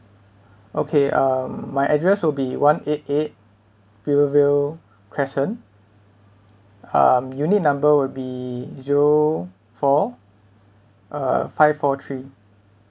okay um my address will be one eight eight rivervale crescent um unit number will be zero four uh five four three